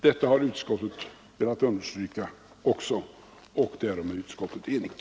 Detta har utskottet också velat understryka, och därom är det enigt.